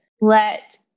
let